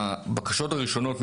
הבקשות הראשונות,